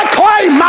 claim